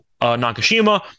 Nakashima